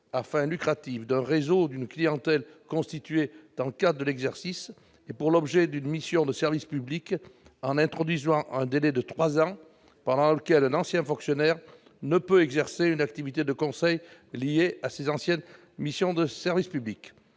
fins lucratives d'un réseau ou d'une clientèle constituée dans le cadre de l'exercice et pour l'objet d'une mission de service public, en introduisant un délai de trois ans pendant lequel un ancien fonctionnaire ne peut exercer une activité de conseil liée à ses anciennes missions de service public.